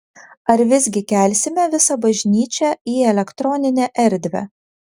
ar visgi kelsime visą bažnyčią į elektroninę erdvę